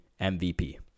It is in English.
MVP